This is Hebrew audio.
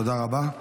תודה רבה.